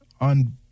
on